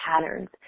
patterns